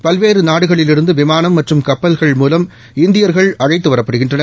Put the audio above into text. பல்வேறு நாடுகளிலிருந்து விமானம் மற்றும் கப்பல்கள் மூலம் இந்தியர்கள் அழைத்துவரப் படுகின்றனர்